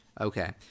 Okay